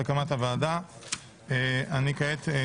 הקמת הוועדה פה אחד ההצעה להקמת ועדת כנסת משותפת